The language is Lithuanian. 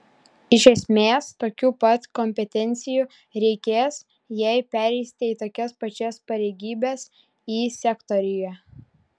iš esmės tokių pat kompetencijų reikės jei pereisite į tokias pačias pareigybes y sektoriuje